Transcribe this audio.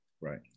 Right